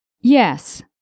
Yes